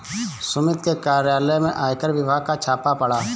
सुमित के कार्यालय में आयकर विभाग का छापा पड़ा